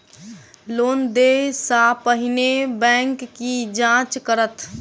Loan देय सा पहिने बैंक की जाँच करत?